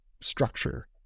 structure